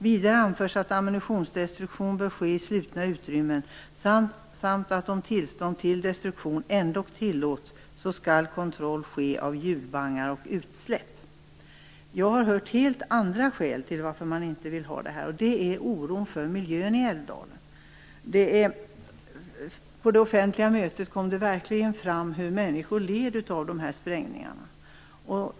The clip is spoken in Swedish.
Vidare anförs att ammunitionsdestruktion bör ske i slutna utrymmen samt att om destruktion ändå tillåts skall kontroll ske av ljudbangar och utsläpp. Jag har hört helt andra skäl mot verksamheten, och det är oron för miljön i Älvdalen. På det offentliga mötet kom det verkligen fram hur människor led av sprängningarna.